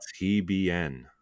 TBN